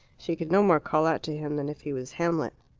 she could no more call out to him than if he was hamlet.